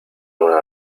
una